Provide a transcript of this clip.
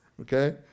okay